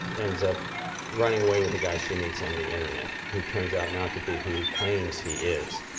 ends up running away with a guy she meets on the internet who turns out not to be who he claims he is.